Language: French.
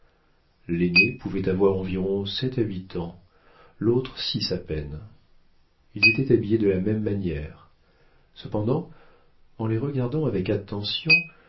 l'aînée pouvait avoir environ sept à huit ans l'autre six à peine ils étaient habillés de la même manière cependant en les regardant avec attention